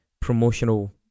promotional